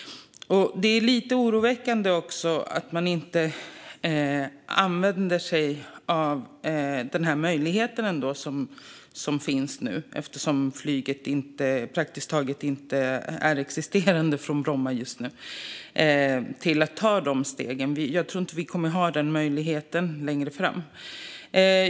Det är lite oroväckande att man inte använder sig av den möjlighet som finns nu, eftersom flyget från Bromma praktiskt taget inte existerar just nu, till att ta dessa steg. Jag tror inte att vi kommer att den möjligheten längre fram.